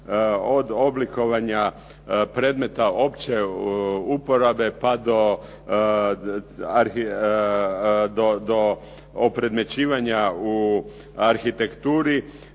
od oblikovanja predmeta opće uporabe pa do opredmećivanja u arhitekturi